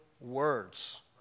words